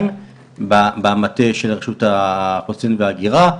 במטה של רשות האוכלוסין וההגירה,